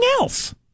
else